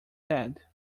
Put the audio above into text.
said